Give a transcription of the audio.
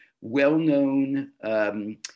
well-known